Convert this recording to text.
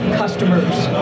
customers